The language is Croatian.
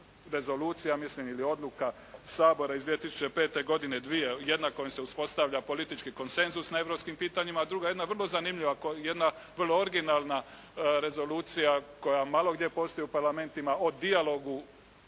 rezolucija mislim ili odluka Sabora iz 2005. godine dvije, jedna kojom se uspostavlja politički konsenzus na europskim pitanjima, a druga jedna vrlo zanimljiva, jedna vrlo originalna rezolucija koja malo gdje postoji u parlamentima o dijalogu